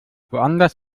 woanders